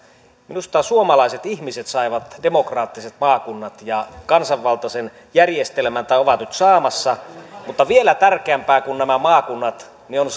minusta suomalaiset ihmiset saivat demokraattiset maakunnat ja kansanvaltaisen järjestelmän tai ovat nyt saamassa mutta vielä tärkeämpää kuin nämä maakunnat on